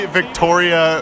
Victoria